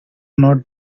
not